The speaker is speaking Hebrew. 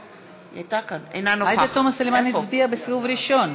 אינה נוכחת עאידה תומא סלימאן הצביעה בסיבוב ראשון.